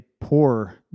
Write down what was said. poor